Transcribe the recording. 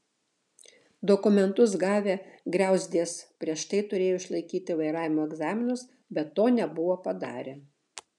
dokumentus gavę griauzdės prieš tai turėjo išlaikyti vairavimo egzaminus bet to nebuvo padarę